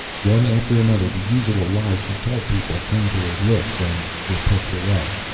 one after another the usual lies he told people came to his lips, and were pushed away.